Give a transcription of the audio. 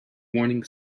warning